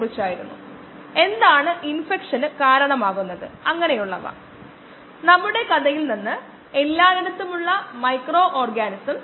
ഒരു വ്യവസായ ശാസ്ത്രജ്ഞൻ കൃഷിയുടെ സമയത്ത് കോശങ്ങളുടെ കൾച്ചറിന്റെ ഫലമായുണ്ടാകുന്ന ഒരു വിഷവസ്തു നീക്കം ചെയ്യുന്നതിനുള്ള ഒരു പുതിയ രീതി പഠിക്കുന്നു